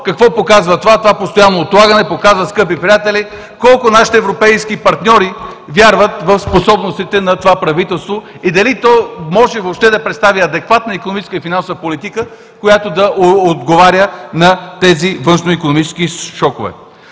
какво показва това? Това постоянно отлагане показва, скъпи приятели, колко нашите европейски партньори вярват в способностите на това правителство и дали то въобще може да представя адекватна икономическа и финансова политика, която да отговаря на тези външноикономически шокове.